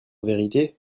vérité